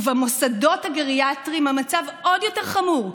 במוסדות הגריאטריים המצב עוד יותר חמור,